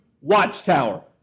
watchtower